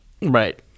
right